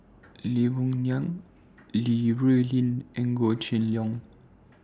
Lee Boon Ngan Li Rulin and Goh Kheng Long